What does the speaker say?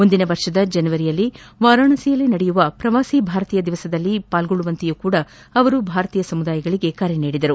ಮುಂದಿನ ವರ್ಷದ ಜನವರಿಯಲ್ಲ ವಾರಾಣಸಿಯಲ್ಲಿ ನಡೆಯುವ ಪ್ರವಾಸಿ ಭಾರತೀಯ ದಿಮಸದಲ್ಲಿ ಭಾಗಿಯಾಗುವಂತೆಯೂ ಅವರು ಭಾರತೀಯ ಸಮುದಾಯಗಳಗೆ ಕಕೆ ನೀಡಿದರು